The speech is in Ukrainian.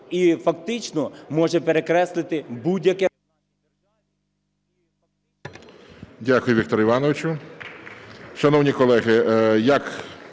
і фактично може перекреслити будь-яке…